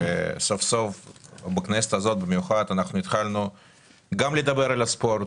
וסוף-סוף בכנסת הזאת במיוחד התחלנו גם לדבר על הספורט,